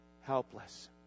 helpless